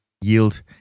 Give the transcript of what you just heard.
yield